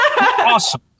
Awesome